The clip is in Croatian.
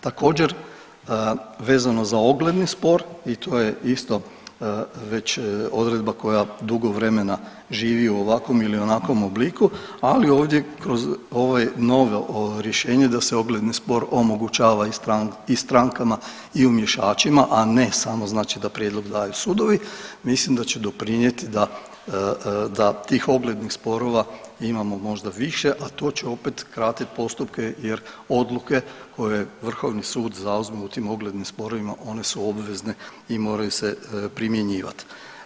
Također vezano za ogledni spor i to je isto već odredba koja dugo vremena živi u ovakvom ili u onakvom obliku, ali ovdje kroz ovo novo rješenje da se ogledni spor omogućava i strankama i umješačima, a ne samo da prijedlog daju sudovi mislim da će doprinijeti da tih oglednih sporova imamo možda više, a to će opet kratit postupke jer odluke koje Vrhovni sud zauzme u tim oglednim sporovima one su obvezne i moraju se primjenjivati.